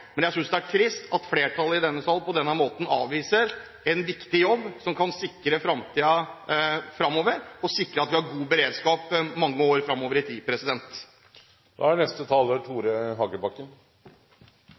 Men jeg synes det er trist at flertallet i denne sal på denne måten avviser en viktig jobb, som kan sikre fremtiden fremover og sikre at vi har god beredskap mange år fremover i tid.